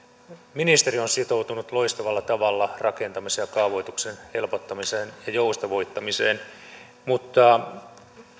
ministeri on sitoutunut loistavalla tavalla rakentamisen ja kaavoituksen helpottamiseen ja joustavoittamiseen mutta